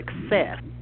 success